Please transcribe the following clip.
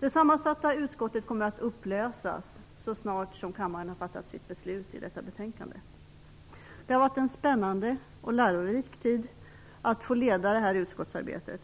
Det sammansatta utskottet kommer att upplösas så snart kammaren har fattat sitt beslut om förslagen i detta betänkande. Det har varit en spännande och lärorik tid att få leda det här utskottsarbetet.